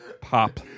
pop